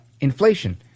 inflation